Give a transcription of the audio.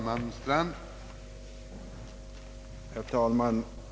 Herr talman!